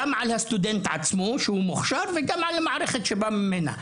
גם על הסטודנט עצמו שהוא מוכשר וגם על המערכת שהוא בא ממנה.